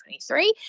2023